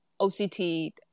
OCT